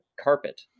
carpet